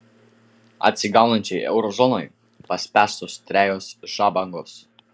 atsigaunančiai euro zonai paspęstos trejos žabangos